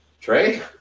Trey